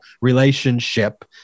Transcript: relationship